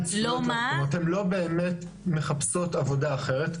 הן לא באמת מחפשות עבודה אחרת.